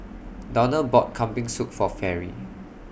Donald bought Kambing Soup For Fairy